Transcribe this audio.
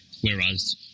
Whereas